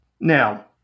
Now